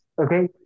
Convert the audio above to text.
Okay